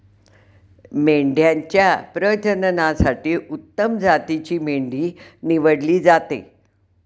मेंढ्यांच्या प्रजननासाठी उत्तम जातीची मेंढी निवडली जाते